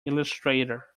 illustrator